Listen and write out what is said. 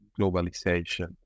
globalization